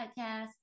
podcast